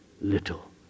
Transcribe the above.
little